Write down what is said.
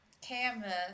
camera